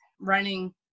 running